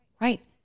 Right